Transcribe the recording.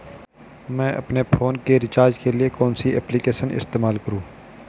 मैं अपने फोन के रिचार्ज के लिए कौन सी एप्लिकेशन इस्तेमाल करूँ?